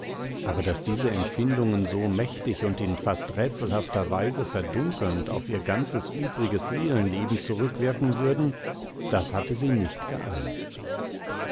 aber daß diese empfindungen so mächtig und in fast rätselhafter weise verdunkelnd auf ihr ganzes übriges seelenleben zurückwirken würden das hatte sie nicht geahnt